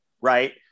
right